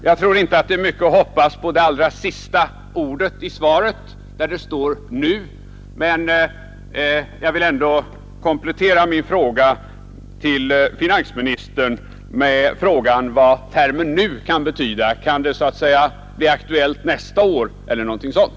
Jag tror inte det är mycket att hoppas på det allra sista ordet i svaret, där det står ”nu”, men jag vill ändå komplettera min fråga till finansministern med frågan vad termen ”nu” kan betyda. Kan en ändring bli aktuell nästa år eller någonting sådant?